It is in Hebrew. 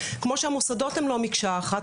כמו שהמוסדות הם לא מקשה אחת,